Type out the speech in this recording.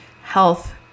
health